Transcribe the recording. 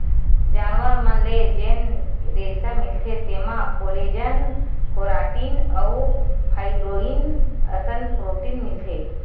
जानवर मन ले जेन रेसा मिलथे तेमा कोलेजन, केराटिन अउ फाइब्रोइन असन प्रोटीन मिलथे